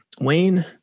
Wayne